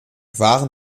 waren